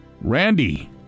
Randy